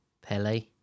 Pele